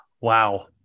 wow